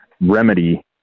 remedy